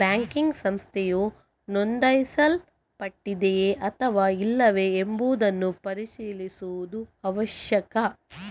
banker ಸಂಸ್ಥೆಯು ನೋಂದಾಯಿಸಲ್ಪಟ್ಟಿದೆಯೇ ಅಥವಾ ಇಲ್ಲವೇ ಎಂಬುದನ್ನು ಪರಿಶೀಲಿಸುವುದು ಅವಶ್ಯಕ